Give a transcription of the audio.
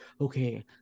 okay